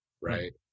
right